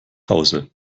hause